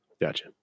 Gotcha